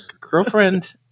girlfriend